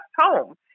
home